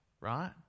right